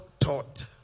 taught